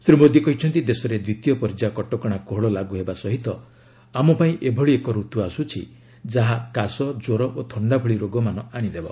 ଶ୍ରୀ ମୋଦୀ କହିଛନ୍ତି ଦେଶରେ ଦ୍ୱିତୀୟ ପର୍ଯ୍ୟାୟ କଟକଶା କୋହଳ ଲାଗୁ ହେବା ସହିତ ଆମ ପାଇଁ ଏଭଳି ଏକ ଋତୁ ଆସୁଛି ଯାହା କାଶ କ୍ୱର ଓ ଥଣ୍ଡା ଭଳି ରୋଗମାନ ଆଶିଦେବ